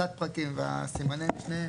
תת הפרקים וסימני המשנה,